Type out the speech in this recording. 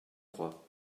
trois